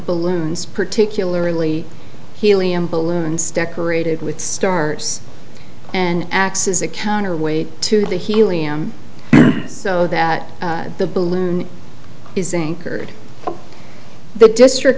balloons particularly helium balloons decorated with stars and acts as a counterweight to the helium so that the balloon is inker the district